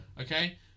Okay